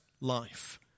life